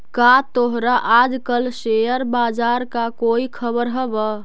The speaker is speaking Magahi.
का तोहरा आज कल शेयर बाजार का कोई खबर हवअ